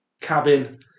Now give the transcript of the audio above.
cabin